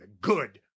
good